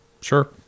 Sure